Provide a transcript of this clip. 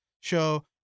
show